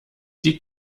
die